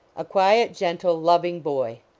a quiet, gentle, loving boy.